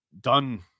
done